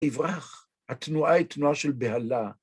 תברח, התנועה היא תנועה של בהלה.